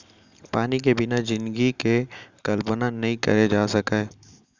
पानी के बिना जिनगी के कल्पना नइ करे जा सकय